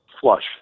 Flush